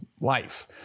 life